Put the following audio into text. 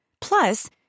Plus